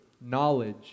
knowledge